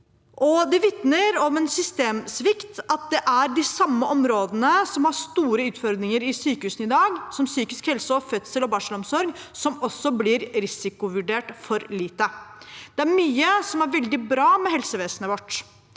Det vitner om en systemsvikt at det er de samme områdene som har store utfordringer i sykehusene i dag – som psykisk helse og fødsels- og barselomsorg – som også blir risikovurdert for lite. Det er mye som er veldig bra med helsevesenet vårt,